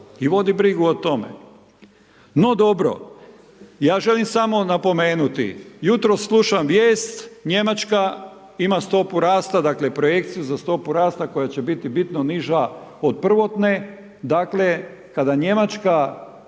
i voditi brigu o tome. No dobro, ja želim samo napomenuti, jutro slušam vijest, Njemačka ima stopu rasta dakle projekciju za stopu rasta koja će biti bitno niža od prvotne, dakle kada Njemačka